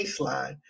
baseline